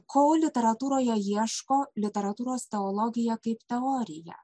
ko literatūroje ieško literatūros teologija kaip teorija